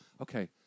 okay